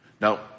Now